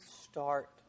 start